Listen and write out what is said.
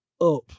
up